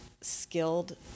skilled